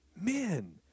men